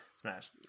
Smash